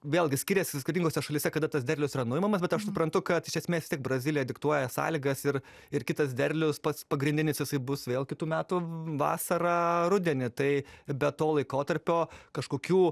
vėlgi skiriasi skirtingose šalyse kada tas derlius yra nuimamas bet aš suprantu kad iš esmės vis tiek brazilija diktuoja sąlygas ir ir kitas derliaus pats pagrindinis jisai bus vėl kitų metų vasarą rudenį tai be to laikotarpio kažkokių